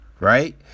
Right